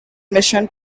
mission